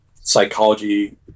psychology